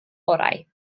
orau